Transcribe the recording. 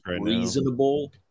reasonable